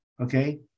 okay